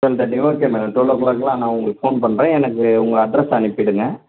twelve thirty okay madam twelve o க்ளாகெல்லாம் நான் உங்களுக்கு ஃபோன் பண்ணுறேன் எனக்கு உங்கள் அட்ரெஸ் அனுப்பிவிடுங்க